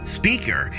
speaker